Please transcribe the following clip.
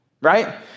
right